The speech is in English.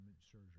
surgery